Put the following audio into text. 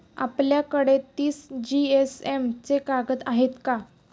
आपल्याकडे तीस जीएसएम चे कागद आहेत का?